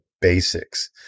basics